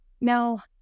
now